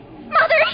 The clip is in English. Mother